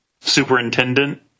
superintendent